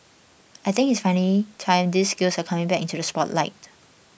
I think it's finally time these skills are coming back into the spotlight